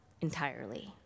entirely